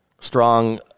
strong